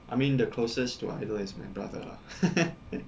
I mean the closest to idol is my brother ah